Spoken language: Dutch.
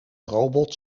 robot